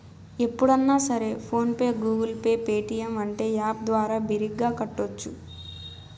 ఎప్పుడన్నా సరే PhonePe Google Pay Paytm అంటే యాప్ ద్వారా బిరిగ్గా కట్టోచ్చు